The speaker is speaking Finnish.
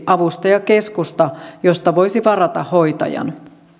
avustajakeskusta josta voisi varata hoitajan